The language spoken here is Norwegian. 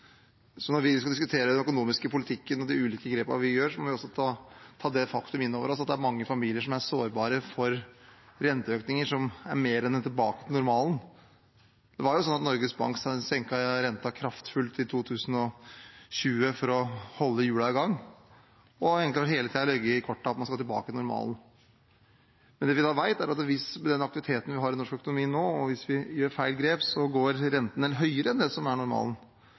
Så når vi skal diskutere den økonomiske politikken og de ulike grepene vi gjør, må vi også ta inn over oss det faktum at det er mange familier som er sårbare for renteøkninger som er mer enn en tilbakevending til normalen. Norges Bank senket i 2020 renten kraftfullt for å holde hjulene i gang, og det har egentlig hele tiden ligget i kortene at man skal tilbake til normalen. Men det vi vet, er at hvis vi gjør feil grep med den aktiviteten vi nå har i norsk økonomi, går rentene en del høyere enn det som er normalen.